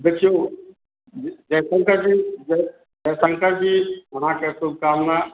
देखियौ जयशंकरजी जयशंकरजी अहाँके शुभकामना